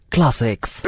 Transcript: Classics